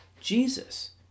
Jesus